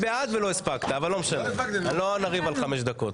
לא נריב על חמש דקות.